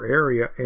area